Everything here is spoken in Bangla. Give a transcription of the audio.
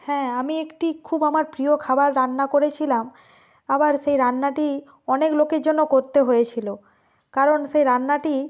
হ্যাঁ আমি একটি খুব আমার প্রিয় খাবার রান্না করেছিলাম আবার সেই রান্নাটি অনেক লোকের জন্য করতে হয়েছিলো কারণ সেই রান্নাটি